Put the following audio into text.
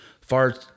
far